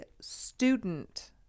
student